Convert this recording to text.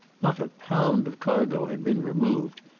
not a pound of cargo had been removed,